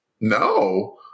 No